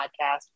podcast